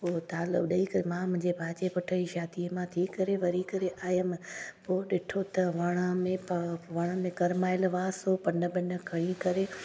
पोइ तालो ॾेई करे मां मुंहिंजे भाउ जे पुटु ई शादीअ मां थी करे वरी हिकु ॾींहुं आयमि पोइ ॾिठो त वण में त वण में कुरमाइल हुआ सो पन वन खणी करे